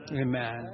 Amen